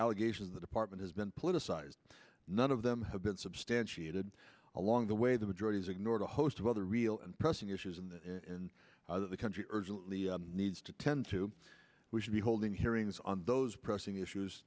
allegations the department has been politicized none of them have been substantiated along the way the majority has ignored a host of other real and pressing issues in the country urgently needs to tend to we should be holding hearings on those pressing issues